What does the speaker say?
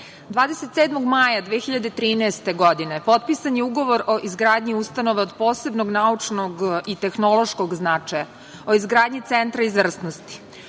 maja 2013. godine potpisan je ugovor o izgradnji ustanove od posebnog naučnog i tehnološkog značaja, o izgradnji Centra izvrsnosti.